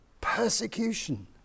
persecution